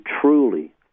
truly